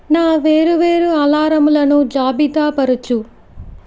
నా వేర్వేరు అలారంలను జాబితా పరచు